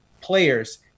players